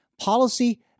policy